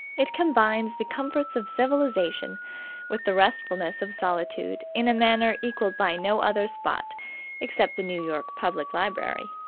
it combines the comforts of civilization with the restfulness of solitude in a manner equalled by no other spot except the new york public library.